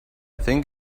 think